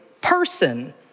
person